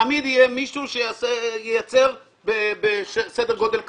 תמיד יהיה מישהו שייצר בסדר גודל קטן.